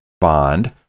bond